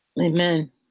Amen